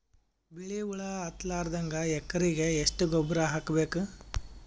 ಬಿಳಿ ಹುಳ ಹತ್ತಲಾರದಂಗ ಎಕರೆಗೆ ಎಷ್ಟು ಗೊಬ್ಬರ ಹಾಕ್ ಬೇಕು?